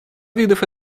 видов